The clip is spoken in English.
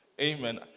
Amen